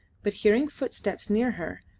but hearing footsteps near her,